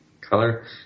Color